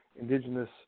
indigenous